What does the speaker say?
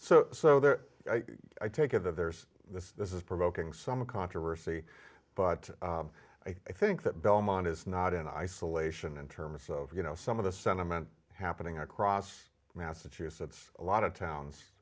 so so there i take it that there's this is provoking some controversy but i think that belmont is not in isolation in terms of you know some of the sentiment happening across massachusetts a lot of towns